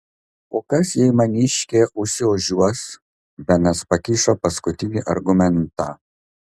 o kas jei maniškė užsiožiuos benas pakišo paskutinį argumentą